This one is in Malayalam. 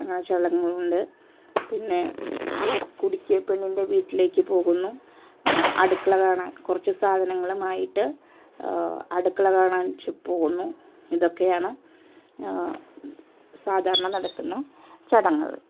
അങ്ങനെ ചടങ്ങുണ്ട് പിന്നെ കുടിക്ക് പെണ്ണിൻ്റെ വീട്ടിലേക്ക് പോകുന്നു അടുക്കള കാണാൻ കുറച്ച് സാധനങ്ങളുമായിട്ട് അടുക്കള കാണാൻ പോകുന്നു ഇതൊക്കെയാണ് സാധാരണ നടക്കുന്ന ചടങ്ങുകൾ